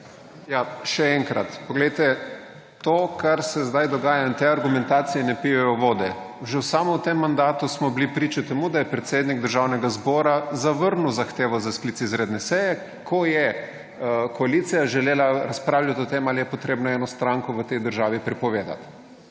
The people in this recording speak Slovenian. Še enkrat. Poglejte, to, kar se zdaj dogaja in te argumentacije ne pijejo vode. Že samo v tem mandatu smo bili priča temu, da je predsednik Državnega zbora zavrnil zahtevo za sklic izredne seje, ko je koalicija želela razpravljati o tem ali je potrebno eno stranko v tej državi prepovedati.